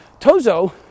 Tozo